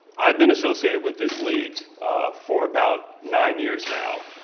i've been associated with this league for about nine years now.